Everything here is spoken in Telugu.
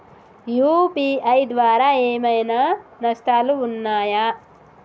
యూ.పీ.ఐ ద్వారా ఏమైనా నష్టాలు ఉన్నయా?